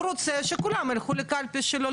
הוא רוצה שכולם ילכו לקלפי שלו,